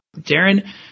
Darren